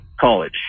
college